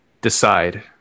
Decide